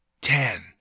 Ten